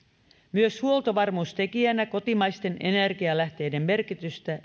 myöskään huoltovarmuustekijänä kotimaisten energianlähteiden merkitystä